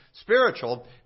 spiritual